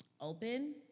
open